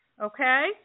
okay